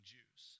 Jews